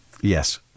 Yes